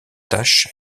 taches